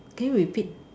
can you repeat